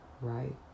right